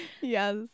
Yes